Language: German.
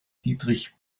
dietrich